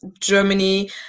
germany